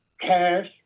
cash